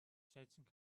changing